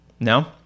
No